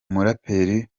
umuraperi